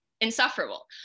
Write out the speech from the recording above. insufferable